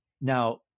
Now